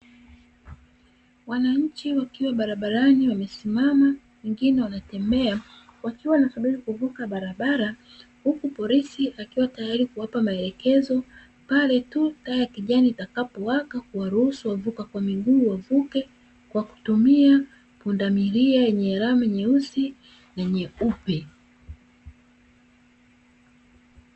Wananchi wakiwa barabarani wamesimama, wengine wanatembea wakiwa wanasubiri kuvuka barabara huku polisi akiwa tayari kuwapa maelekezo pale tu taa ya kijani itakapowaka kuwaruhusu wavuka kwa miguu wavuke, kwa kutumia pundamilia yenye lami nyeusi na nyeupe.